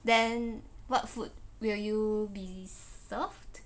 then what food will you be served